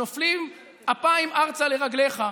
שנופלים אפיים ארצה לרגליך.